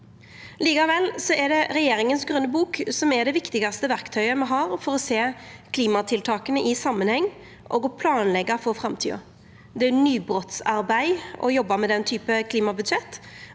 Likevel er det regjeringas Grøn bok som er det viktigaste verktøyet me har for å sjå klimatiltaka i samanheng og planleggja for framtida. Det er nybrottsarbeid å jobba med den type klimabudsjett,